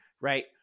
right